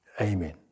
amen